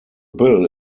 bill